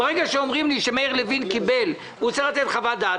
ברגע שאומרים לי שמאיר לוין קיבל והוא צריך לתת חוות דעת,